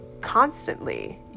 constantly